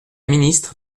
ministre